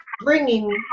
bringing